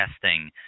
testing